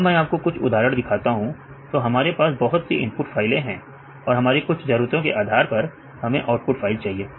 अब मैं आपको कुछ उदाहरण दिखाता हूं तो हमारे पास बहुत सी इनपुट फाइलें हैं और हमारे कुछ जरूरतों के आधार पर हमें आउटपुट फाइल चाहिए